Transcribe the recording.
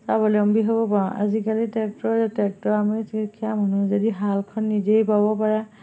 স্বাৱলম্বী হ'ব পাৰোঁ আজিকালি ট্ৰেক্টৰে যদি হালখন নিজেই বাব পাৰে